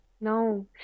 No